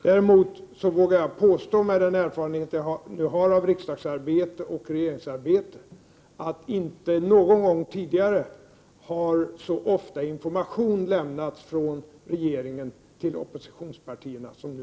Däremot vågar jag med min erfarenhet av riksdagsarbete och regeringsarbete påstå att det inte någon gång tidigare har lämnats information så ofta från regeringen till oppositionspartierna som nu.